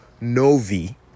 Novi